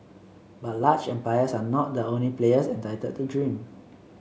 but large empires are not the only players entitled to dream